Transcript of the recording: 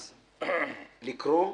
אז לקרוא,